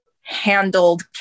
handled